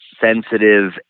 sensitive